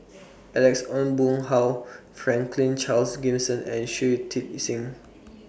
Alex Ong Boon Hau Franklin Charles Gimson and Shui Tit Sing